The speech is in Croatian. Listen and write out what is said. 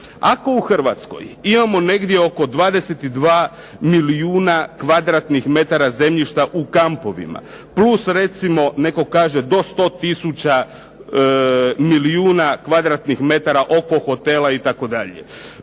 Ako u Hrvatskoj imamo negdje oko 22 milijuna kvadratnih metara zemljišta u kampovima plus recimo netko kaže do 100 tisuća milijuna kvadratnih metara oko hotela itd.,